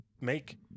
make